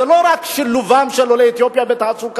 זה לא רק שילובם של עולי אתיופיה בתעסוקה,